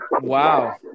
Wow